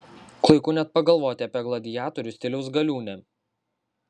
klaiku net pagalvoti apie gladiatorių stiliaus galiūnę